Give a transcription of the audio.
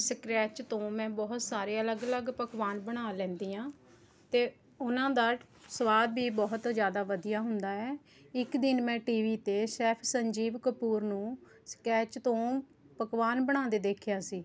scratch ਤੋਂ ਮੈਂ ਬਹੁਤ ਸਾਰੇ ਅਲੱਗ ਅਲੱਗ ਪਕਵਾਨ ਬਣਾ ਲੈਂਦੀ ਹਾਂ ਅਤੇ ਉਹਨਾਂ ਦਾ ਸਵਾਦ ਵੀ ਬਹੁਤ ਜ਼ਿਆਦਾ ਵਧੀਆ ਹੁੰਦਾ ਹੈ ਇੱਕ ਦਿਨ ਮੈਂ ਟੀ ਵੀ 'ਤੇ ਸ਼ੈੱਫ ਸੰਜੀਵ ਕਪੂਰ ਨੂੰ ਸਕੈਚ ਤੋਂ ਪਕਵਾਨ ਬਣਾਉਂਦੇ ਦੇਖਿਆ ਸੀ